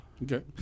Okay